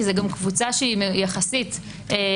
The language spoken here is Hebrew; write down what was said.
כי זאת גם קבוצה שהיא יחסית מוגדרת,